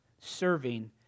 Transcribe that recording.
serving